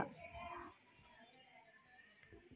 రుణాలు హెక్టర్ ని బట్టి ఇస్తారా?